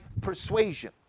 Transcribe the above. persuasion